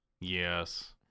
Yes